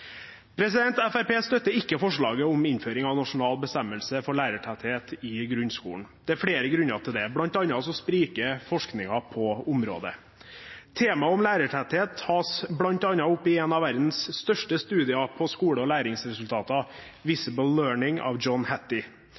støtter ikke forslaget om innføring av nasjonal bestemmelse for lærertetthet i grunnskolen. Det er flere grunner til det, bl.a. spriker forskningen på området. Temaet «lærertetthet» tas bl.a. opp i en av verdens største studier på skole og læringsresultater, «Visible Learning» av